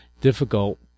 difficult